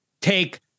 take